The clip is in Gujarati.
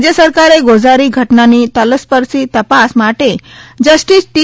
રાજય સરકારે ગોઝારી ઘટના ની તલસ્પર્શી તપાસ માટેજસ્ટીસ જી